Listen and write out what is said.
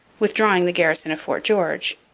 withdrawing the garrison of fort george,